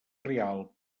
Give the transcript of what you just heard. rialb